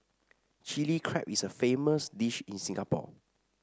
Chilli Crab is a famous dish in Singapore